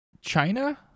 china